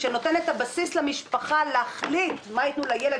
שנותן את הבסיס למשפחה להחליט מה יתנו לילד,